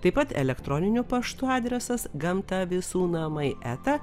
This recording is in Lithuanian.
taip pat elektroniniu paštu adresas gamta visų namai eta